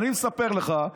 אני מספר לך,